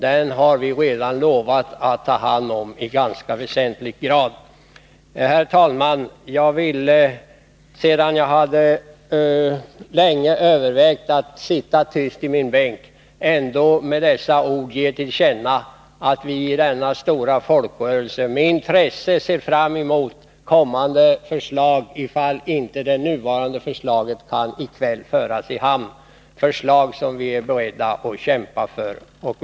Vi har redan lovat att i ganska väsentlig del ta hand om denna. Herr talman! Jag ville — sedan jag länge hade övervägt att sitta tyst i min bänk — med dessa ord ge till känna att vi i denna stora folkrörelse med intresse ser fram emot kommande förslag, ifall det nuvarande förslaget inte kan föras i hamn i kväll. Och vi är beredda att kämpa för dessa förslag.